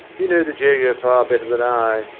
you know the jago far better than i.